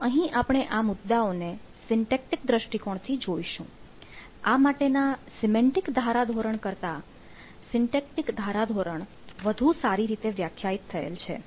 તો અહીં આપણે આ મુદ્દાઓ ને સિન્ટેક્ટિક ધારાધોરણ વધુ સારી રીતે વ્યાખ્યાયિત થયેલ છે